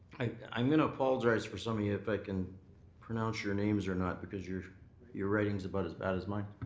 i'm going to apologize for somebody ah if i can pronounce your names or not because your your writing is about as bad as mine.